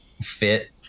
fit